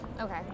Okay